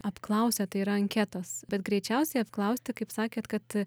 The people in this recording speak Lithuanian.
apklausia tai yra anketos bet greičiausiai apklausti kaip sakėt kad